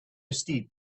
steep